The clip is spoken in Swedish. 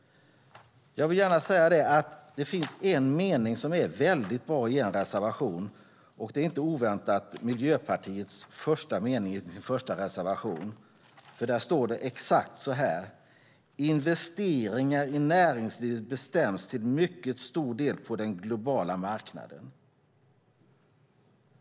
Jag vill gärna säga att det finns en mening som är väldigt bra i en reservation, och det är inte oväntat Miljöpartiets första mening i deras första reservation. Där står det nämligen exakt så här: "Investeringar i näringslivet bestäms till mycket stor del på den globala marknaden."